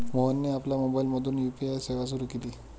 मोहनने आपल्या मोबाइलमधून यू.पी.आय सेवा सुरू केली